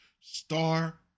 Star